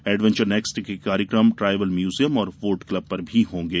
adventure next के कार्यक्रम tribal museum और बोट क्लब पर भी होंगे